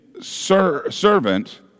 servant